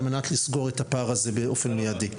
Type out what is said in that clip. מנת לסגור את הפער הזה באופן מיידי.